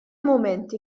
mumenti